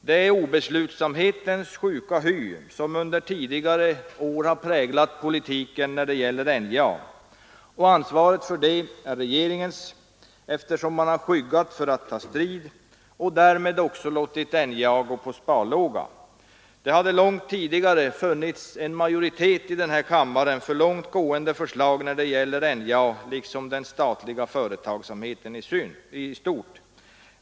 Det är obeslutsamhetens sjuka hy som under tidigare år har präglat politiken när det gäller NJA. Ansvaret därför är regeringens eftersom man har skyggat för att ta strid och därmed också låtit NJA gå på sparlåga. Det har länge funnits en majoritet i denna kammare för långt gående förslag när det gäller NJA liksom den statliga företagsamheten i stort.